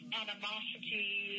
animosity